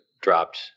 dropped